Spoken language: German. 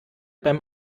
beim